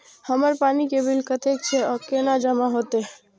हमर पानी के बिल कतेक छे और केना जमा होते?